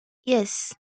yes